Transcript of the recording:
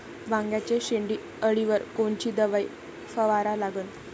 वांग्याच्या शेंडी अळीवर कोनची दवाई फवारा लागन?